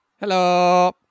Hello